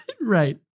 right